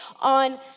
on